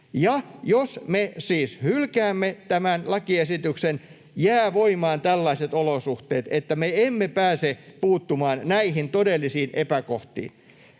Jos me siis hylkäämme tämän lakiesityksen, jää voimaan tällaiset olosuhteet, että me emme pääse puuttumaan näihin todellisiin epäkohtiin.